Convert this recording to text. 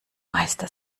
meister